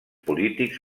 polítics